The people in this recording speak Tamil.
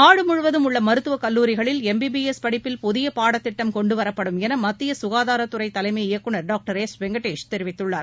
நாடு முழுவதும் உள்ள மருத்துவக் கல்லூரிகளில் எம் பி பி எஸ் படிப்பில் புதிய பாடத்திட்டம் கொண்டு வரப்படும் என மத்திய சுகாதாரத்துறை தலைமை இயக்குநர் டாக்டர் எஸ் வெங்கடேஷ் தெரிவித்துள்ளார்